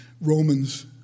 Romans